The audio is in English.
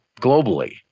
globally